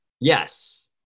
Yes